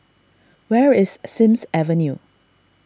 where is Sims Avenue